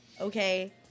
Okay